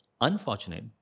unfortunate